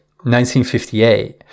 1958